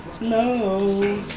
No